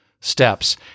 steps